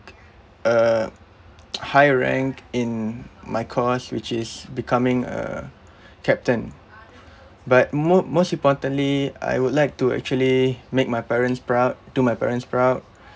a high rank in my course which is becoming a captain but mo~ most importantly I would like to actually make my parents proud do my parents proud